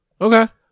Okay